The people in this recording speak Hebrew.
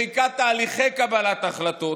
מחיקת תהליכי קבלת החלטות,